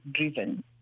driven